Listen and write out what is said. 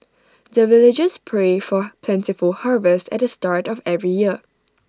the villagers pray for plentiful harvest at the start of every year